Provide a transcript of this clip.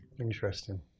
interesting